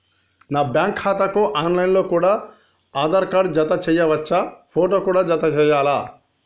నా బ్యాంకు ఖాతాకు online లో కూడా ఆధార్ కార్డు జత చేయవచ్చా ఫోటో కూడా జత చేయాలా?